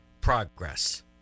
progress